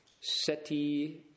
SETI